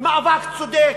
מאבק צודק,